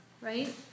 right